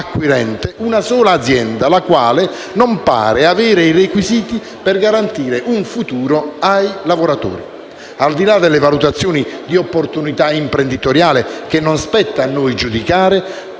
una sola azienda, la quale non pare avere i requisiti per garantire un futuro ai lavoratori. Al di là delle valutazioni di opportunità imprenditoriale, che non spetta a noi giudicare,